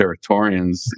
Territorians